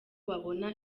babona